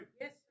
Yes